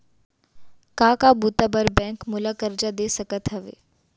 का का बुता बर बैंक मोला करजा दे सकत हवे?